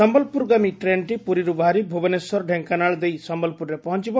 ସମ୍ୟଲପୁର ଗାମୀ ଟ୍ରେନଟି ପୁରୀରୁ ବାହାରି ଭୁବନେଶ୍ୱର ଢେଙ୍କାନାଳ ଦେଇ ସମ୍ମଲପୁରରେ ପହଞ୍ ବ